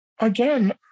again